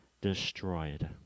destroyed